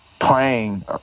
playing